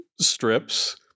strips